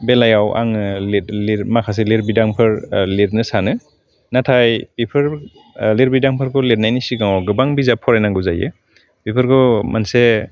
बेलायाव आङो लिर माखासे लिरबिदांफोर लिरनो सानो नाथाय बेफोर लिरबिदांफोरखौ लिरनायनि सिगाङाव गोबां बिजाब फरायनांगौ जायो बेफोरखौ मोनसे